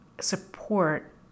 support